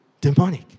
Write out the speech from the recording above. demonic